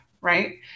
right